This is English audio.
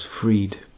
freed